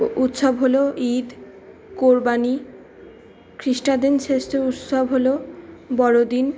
উৎসব হলো ঈদ কুরবানি খ্রিস্টানদের শ্রেষ্ঠ উৎসব হলো বড়োদিন